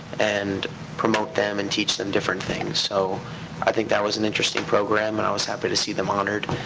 and promote them and teach them different things. so i think that was an interesting program. and i was happy to see them honored.